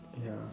ya